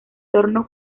torno